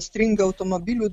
stringa automobilių